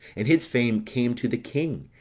and his fame came to the king,